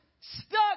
stuck